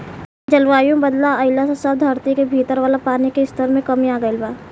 जलवायु में बदलाव आइला से अब धरती के भीतर वाला पानी के स्तर में कमी आ गईल बा